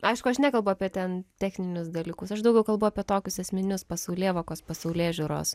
aišku aš nekalbu apie ten techninius dalykus aš daugiau kalbu apie tokius esminius pasaulėvokos pasaulėžiūros